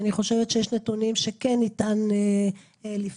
אני חושבת שיש נתונים שכן ניתן לפתור.